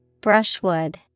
Brushwood